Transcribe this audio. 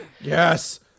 Yes